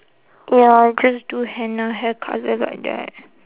ya I just do henna hair colour like that